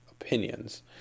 opinions